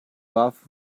warf